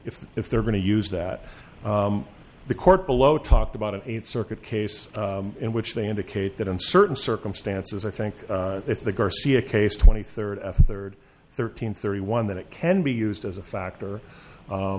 if if they're going to use that the court below talked about an eighth circuit case in which they indicate that in certain circumstances i think if the garcia case twenty third third thirteen thirty one that it can be used as a factor